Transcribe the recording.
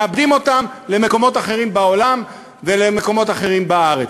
מאבדים אותם למקומות אחרים בעולם ולמקומות אחרים בארץ.